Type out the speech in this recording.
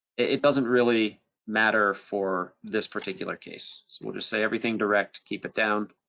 it doesn't really matter for this particular case. so we'll just say everything direct, keep it down.